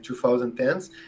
2010s